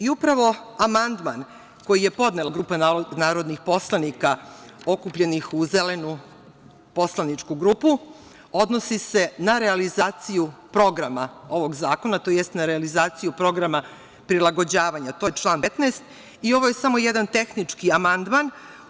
Upravo amandman koji je podnela grupa narodnih poslanika okupljenih uz Zelenu poslaničku grupu odnosi se na realizaciju programa ovog zakona to jest na realizaciju programa prilagođavanja, to je član 15. i ovo je samo jedan tehnički amandman.